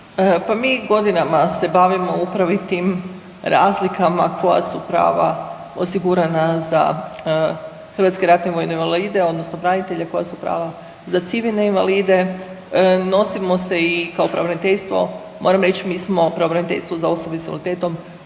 mi godinama se bavimo upravo tim razlika koja su prava osigurana za hrvatske ratne vojne invalide odnosno branitelje, koja su prava za civilne invalide, nosimo se i kao pravobraniteljstvo, moram mi smo pravobraniteljstvo za osobe s invaliditetom,